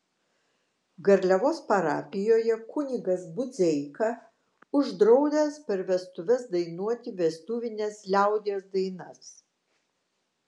garliavos parapijoje kunigas budzeika uždraudęs per vestuves dainuoti vestuvines liaudies dainas